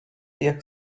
jak